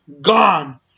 Gone